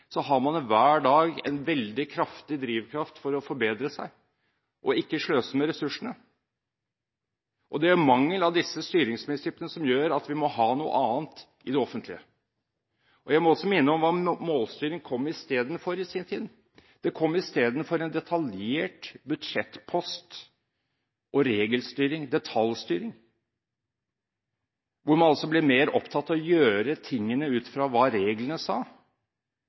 har man hver dag en veldig kraftig drivkraft til å forbedre seg og ikke sløse med ressursene. Det er mangel på disse styringsprinsippene som gjør at vi må ha noe annet i det offentlige. Jeg må også minne om hva målstyring kom i stedet for i sin tid. Det kom i stedet for en detaljert budsjettpost og regel- og detaljstyring, hvor man ble mer opptatt av å gjøre tingene ut fra hva reglene sa